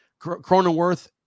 Cronenworth